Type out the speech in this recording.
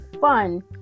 fun